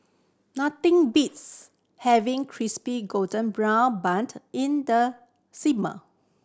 nothing beats having crispy golden brown buned in the